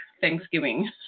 thanksgiving